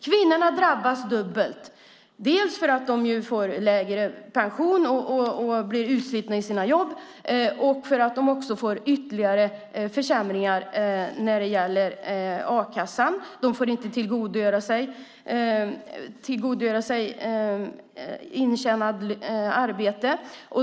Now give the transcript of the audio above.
Kvinnorna drabbas dubbelt, dels för att de får lägre pension och blir utslitna i sina jobb, dels för att de får ytterligare försämringar när det gäller a-kassan. De får inte tillgodogöra sig intjänat arbete.